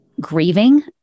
grieving